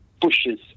pushes